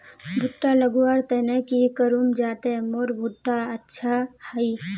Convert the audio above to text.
भुट्टा लगवार तने की करूम जाते मोर भुट्टा अच्छा हाई?